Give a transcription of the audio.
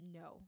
no